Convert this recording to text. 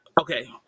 okay